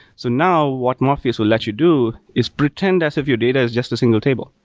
so now, what morpheus will let you do is pretend as if your data is just a single table.